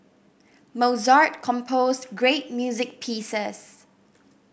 Mozart composed great music pieces